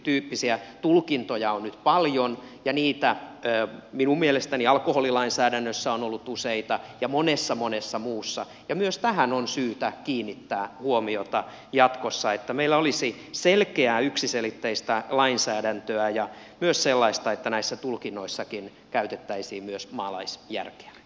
tämäntyyppisiä tulkintoja on nyt paljon ja niitä minun mielestäni alkoholilainsäädännössä on ollut useita ja monessa monessa muussa ja myös tähän on syytä kiinnittää huomiota jatkossa että meillä olisi selkeää yksiselitteistä lainsäädäntöä ja myös sellaista että näissä tulkinnoissakin käytettäisiin myös maalaisjärkeä